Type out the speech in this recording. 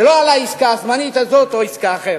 ולא על העסקה הזמנית הזאת או עסקה אחרת.